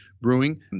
Brewing